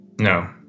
No